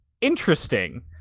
interesting